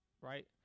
Right